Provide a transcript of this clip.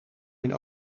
mijn